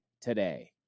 today